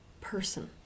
person